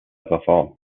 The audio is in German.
reform